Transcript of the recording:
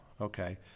Okay